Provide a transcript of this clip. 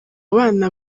abana